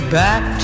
back